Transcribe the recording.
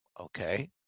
Okay